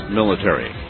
military